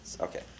Okay